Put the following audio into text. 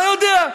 לא יודע.